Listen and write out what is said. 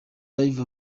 live